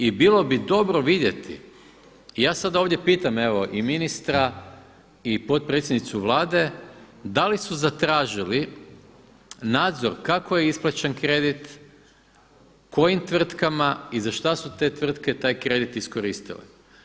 I bilo bi dobro vidjeti i ja sada ovdje pitam i ministra i potpredsjednicu Vlade da li su zatražili nadzor kako je isplaćen kredit, kojim tvrtkama i za šta su te tvrtke taj kredit iskoristile.